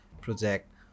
project